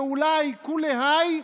ואולי כולי האי,